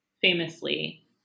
famously